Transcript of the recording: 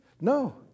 No